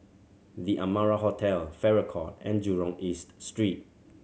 The Amara Hotel Farrer Court and Jurong East Street